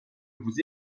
vous